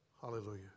Hallelujah